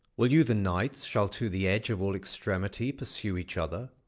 will you the knights shall to the edge of all extremity pursue each other,